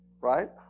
Right